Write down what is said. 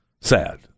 sad